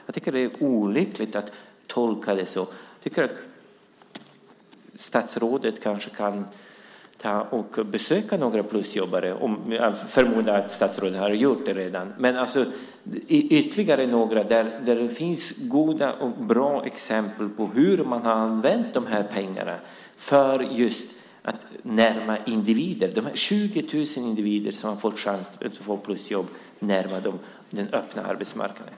Jag tycker att det är olyckligt att tolka det så. Jag tycker att statsrådet kanske kan besöka några plusjobbare. Jag förmodar att statsrådet redan har gjort det, men statsrådet kunde besöka ytterligare några. Det finns goda och bra exempel på hur man har använt de här pengarna för att individerna ska närma sig arbetsmarknaden. 20 000 individer har fått plusjobb och chans att närma sig den öppna arbetsmarknaden.